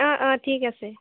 অ অ ঠিক আছে